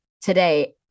today